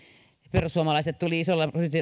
perussuomalaiset tulivat isolla